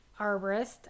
arborist